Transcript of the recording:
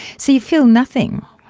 so you feel nothing.